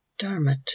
Dermot